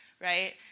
right